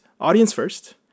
audience-first